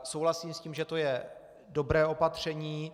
Souhlasím s tím, že to je dobré opatření.